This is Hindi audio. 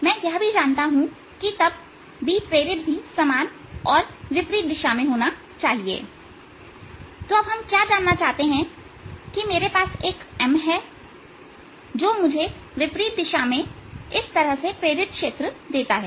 मैं यह भी जानता हूं कि तब B प्रेरित भी समान और विपरीत दिशा में होना चाहिए तो अब हम क्या जानना चाहते हैं कि मेरे पास एक M है जो मुझे विपरीत दिशा में इस तरह से प्रेरित क्षेत्र देता है